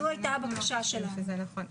זו הייתה הבקשה שלנו.